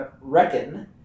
reckon